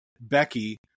Becky